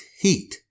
heat